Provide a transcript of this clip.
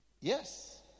Yes